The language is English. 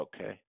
okay